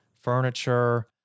furniture